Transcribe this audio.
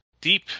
deep